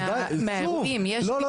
לא,